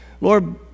Lord